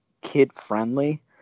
kid-friendly